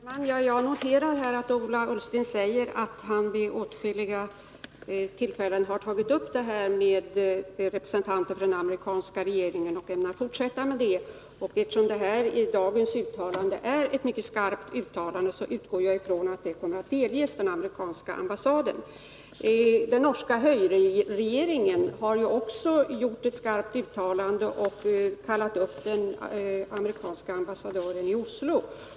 Herr talman! Jag noterar att Ola Ullsten säger att han vid åtskilliga tillfällen tagit upp El Salvador med representanter för den amerikanska regeringen och ämnar fortsätta med det. Eftersom dagens uttalande är ett mycket skarpt uttalande, utgår jag ifrån att det kommer att delges den amerikanska ambassaden. Den norska höyreregeringen har också gjort ett skarpt uttalande och kallat upp den amerikanska ambassadören i Oslo.